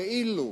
כאילו.